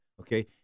okay